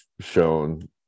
shown